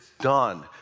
done